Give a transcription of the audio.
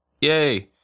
Yay